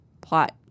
plot